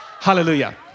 Hallelujah